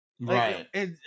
Right